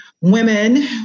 women